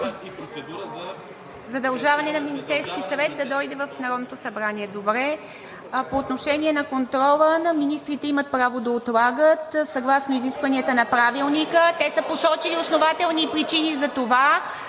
Задължаване на Министерския съвет да дойде в Народното събрание. По отношение на контрола министрите имат правото да отлагат съгласно изискванията на Правилника, ако те са посочили основателни причини за това.